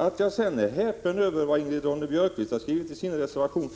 Att jag är häpen över vad Ingrid Ronne-Björkqvist har skrivit i sin reservation